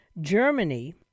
Germany